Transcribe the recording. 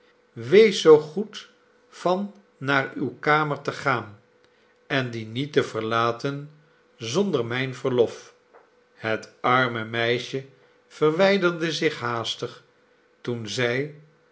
wees zoo goed van naar uwe kamer te gaan en die niet te verlaten zonder mijn verlof het arme meisje verwijderde zich haastig toen zij